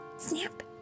Snap